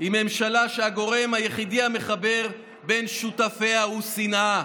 היא ממשלה שהגורם היחידי המחבר בין שותפיה הוא שנאה.